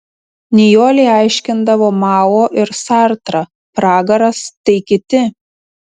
nijolei aiškindavo mao ir sartrą pragaras tai kiti